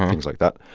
things like that.